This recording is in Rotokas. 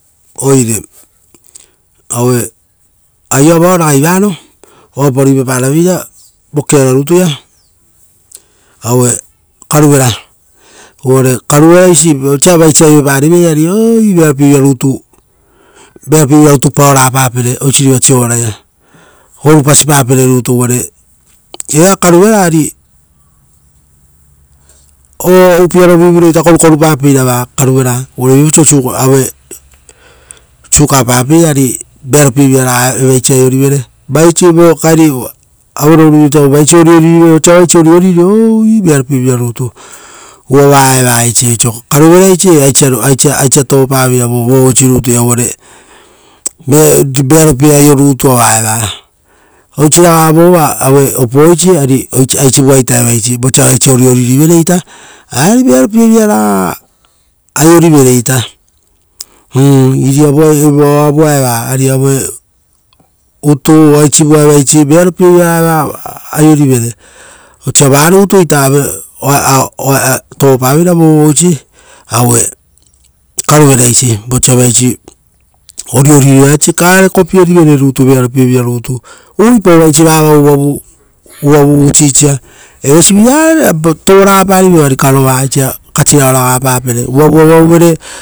Oire auee aioa vao ragai varo. Oapa ruipaparaveira vokiara rutuia aue karuvera. Uvare karuveraisi vosa vaisi aiopariveira ooii vearopie vira rutu vearopie vira rutu paora papere, oisiriva siovaraia gurupasipare rutu uvare, evaa karuvera ari. Oupiarovu reita korukorupapeira vaa karuveraa uvare viapauso suk, sukapapeira ari, vearopievira raga evaisi aiorivere. Vaisi vo kaeri auero rutu vaisi oriori rivere vosa vaisi oriori rii ouii vearopievira rutu. Uva va eva eisi, oisio karuveraisi aisia. Aisia tovopaveira voo vuvuisi rutu ia uvare, vearopie aio rutua vaa eva oisiraga vova aue opuisi ia ari oisi aisivuaita evaisi vosa vaisi oriori rivereita, ari vearopieviraraga. Aiorivereita iriavua. Uva oavua evaa ari aue. Utuu aisivua evaisi vearopievira va aiorivere osa vaa rutu ita, aue oaa tovopaveira voo vovoisi, aue karuveraisi vosa vaisi oriori vaisi. Karekopierivere rutu vearopie vira rutu, uvuipai vaisi vaa avau uvavu, uvavu usisisa, evaisi viraga tovoragapari voari karova aisi kasirao raga papere. Uvavu avauvere.